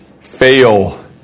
fail